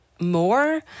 more